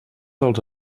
dels